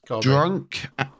Drunk